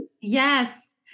Yes